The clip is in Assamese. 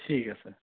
ঠিক আছে